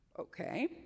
Okay